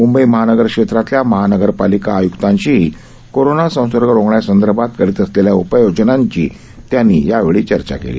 मुंबई महानगर क्षेत्रातल्या महानगरपालिका आयुक्तांशीही कोरोना संसर्ग रोखण्यासंदर्भात करीत असलेल्या उपाय योजनांबाबत त्यांनी चर्चा केली